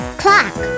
clock